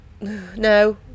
no